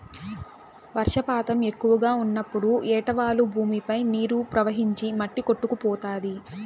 వర్షపాతం ఎక్కువగా ఉన్నప్పుడు ఏటవాలు భూమిపై నీరు ప్రవహించి మట్టి కొట్టుకుపోతాది